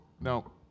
No